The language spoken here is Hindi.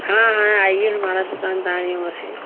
हाँ हाँ आइए हमारा दुकान दाई ओर है